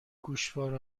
گوشواره